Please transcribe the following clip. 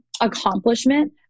accomplishment